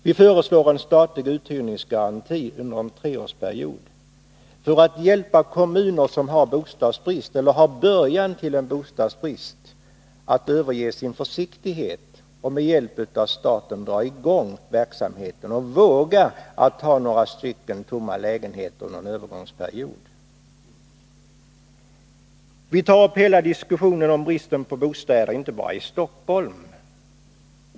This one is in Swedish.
Vi föreslår en statlig uthyrningsgaranti under en treårsperiod för att förmå kommuner som har bostadsbrist eller början till en bostadsbrist att överge sin försiktighet och med hjälp av staten dra i gång verksamheten och våga ha några lägenheter stående tomma under en övergångsperiod. Vi tar upp hela diskussionen om bristen på bostäder, och då inte bara beträffande Stockholm.